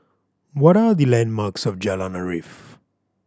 what are the landmarks of Jalan Arif